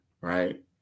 right